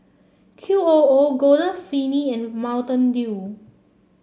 Q O O Golden Peony and Mountain Dew